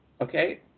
okay